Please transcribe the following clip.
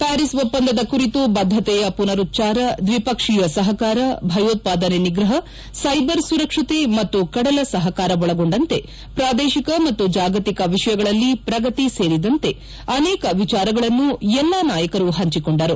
ಪ್ಕಾರೀಸ್ ಒಪ್ಪಂದದ ಕುರಿತು ಬದ್ಧತೆಯ ಮನರುಚ್ವಾರ ದ್ವಿಪಕ್ಷೀಯ ಸಪಕಾರ ಭಯೋತ್ವಾದನೆ ನಿಗ್ರಹ ಸೈಬರ್ ಸುರಕ್ಷತೆ ಮತ್ತು ಕಡಲ ಸಹಕಾರ ಒಳಗೊಂಡಂತೆ ಪ್ರಾದೇಶಿಕ ಮತ್ತು ಜಾಗತಿಕ ವಿಷಯಗಳಲ್ಲಿ ಪ್ರಗತಿ ಸೇರಿದಂತೆ ಅನೇಕ ವಿಚಾರಗಳನ್ನು ಎಲ್ಲಾ ನಾಯಕರು ಪಂಚಿಕೊಂಡರು